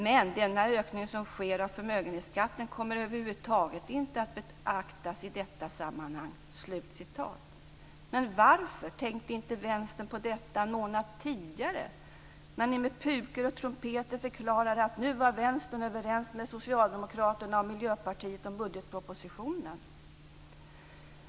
Men den ökning som sker av förmögenhetsskatten kommer över huvud taget inte att beaktas i detta sammanhang." Men varför tänkte inte Vänstern på detta en månad tidigare när ni med pukor och trumpeter förklarade att Vänstern var överens med Socialdemokraterna och Miljöpartiet om budgetpropositionen?